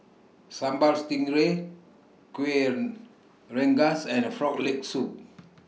Sambal Stingray Kuih Rengas and Frog Leg Soup